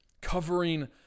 covering